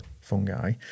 fungi